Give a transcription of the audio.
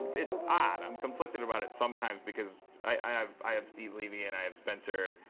it's odd. i'm conflicted about it, sometimes. because i have i have steve levy, and i have spencer.